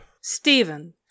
Stephen